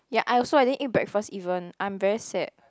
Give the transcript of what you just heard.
yeah I also I didn't eat breakfast even I'm very sad